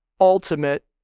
ultimate